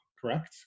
correct